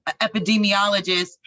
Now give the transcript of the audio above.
epidemiologist